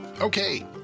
Okay